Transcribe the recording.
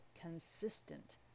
consistent